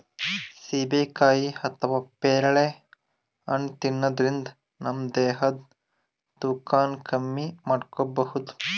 ಸೀಬೆಕಾಯಿ ಅಥವಾ ಪೇರಳೆ ಹಣ್ಣ್ ತಿನ್ನದ್ರಿನ್ದ ನಮ್ ದೇಹದ್ದ್ ತೂಕಾನು ಕಮ್ಮಿ ಮಾಡ್ಕೊಬಹುದ್